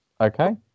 Okay